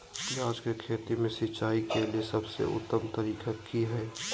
प्याज के खेती में सिंचाई के सबसे उत्तम तरीका की है?